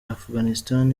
afghanistan